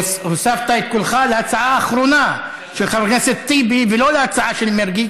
הוספת את קולך להצעה האחרונה של חבר הכנסת טיבי ולא להצעה של מרגי,